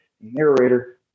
narrator